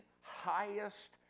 highest